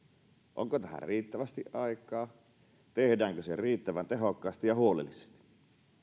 onko tähän riittävästi aikaa tehdäänkö se riittävän tehokkaasti ja huolellisesti